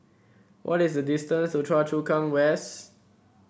what is the distance to Choa Chu Kang West